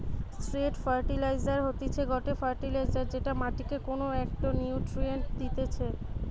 straight fertilizer হতিছে গটে fertilizer যেটা মাটিকে কোনো একটো নিউট্রিয়েন্ট দিতেছে